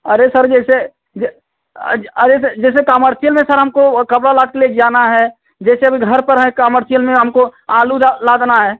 अरे सर जैसे अरे सर जैसे कामर्सियल में सर हमको कपड़ा लाद कर लेके जाना है जैसे अभी घर पर है कामर्सियल में हमको आलू लादना है